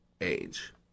age